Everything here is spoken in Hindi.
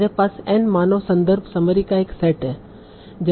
मेरे पास N मानव सन्दर्भ समरी का एक सेट है